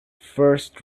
first